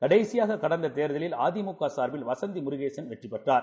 கடைசியாககடந்ததேர்தலில்அதிமுகசார்பில்வசந்திமுருகே சன்வெற்றிபெற்றார்